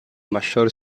mayor